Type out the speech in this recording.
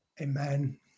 Amen